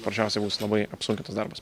prasčiausia bus labai apsunkintas darbas